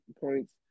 points